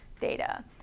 data